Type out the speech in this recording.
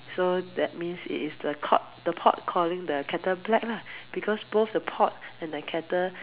so that means it is the pot the pot calling the kettle black lah because both the pot and the kettle